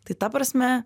tai ta prasme